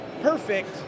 perfect